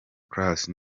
class